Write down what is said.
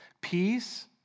peace